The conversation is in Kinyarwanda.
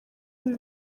ibi